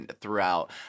throughout